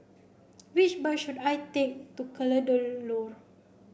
which bus should I take to